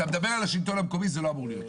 שאתה מדבר על השלטון המקומי זה לא אמור להיות שם.